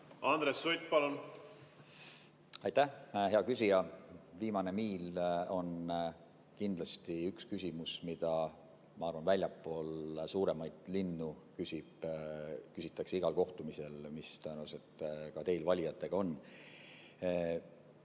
Andres Sutt, palun! Aitäh, hea küsija! Viimane miil on kindlasti üks küsimus, mida, ma arvan, väljaspool suuremaid linnu küsitakse igal kohtumisel, mis tõenäoliselt ka teil valijatega on.